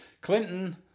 Clinton